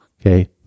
Okay